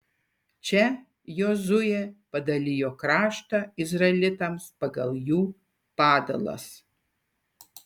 čia jozuė padalijo kraštą izraelitams pagal jų padalas